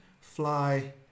fly